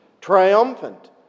triumphant